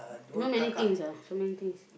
you know many things ah so many things